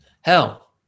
hell